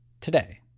today